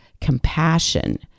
compassion